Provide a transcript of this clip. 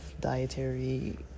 dietary